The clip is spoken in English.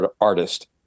artist